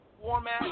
format